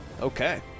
Okay